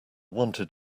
wanted